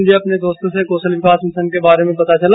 मुझे अपने दोस्तों से कौशल विकास मिशन के बारे में पता चला